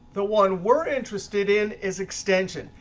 the one we're interested in is extension.